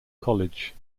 college